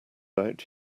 out